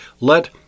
Let